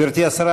גברתי השרה,